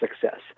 success